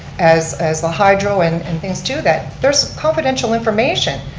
as as the hydro and and things too, that there's confidential information.